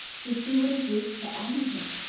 for she would have wished to honour him,